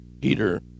peter